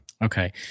Okay